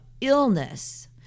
illness